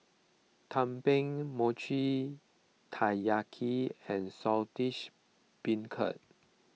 Tumpeng Mochi Taiyaki and Saltish Beancurd